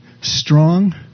Strong